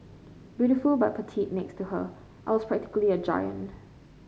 beautiful but petite next to her I was practically a giant